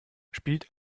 spielt